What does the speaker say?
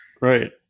Right